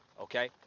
okay